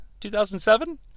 2007